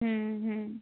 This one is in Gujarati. હં હં